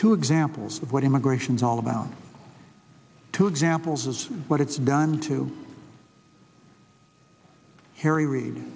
to examples of what immigration is all about to examples is what it's done to harry re